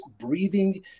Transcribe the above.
breathing